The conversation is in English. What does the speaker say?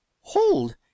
Hold